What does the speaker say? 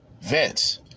Vince